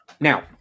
Now